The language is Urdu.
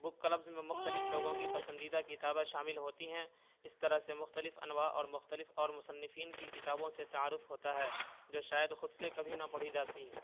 بک کلبز میں مختلف لوگوں کی پسندیدہ کتابیں شامل ہوتی ہیں اس طرح سے مختلف انواع اور مختلف اور مصنفین کی کتابوں سے تعارف ہوتا ہے جو شاید خود سے کبھی نہ پڑھی جاتیں